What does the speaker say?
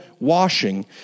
washing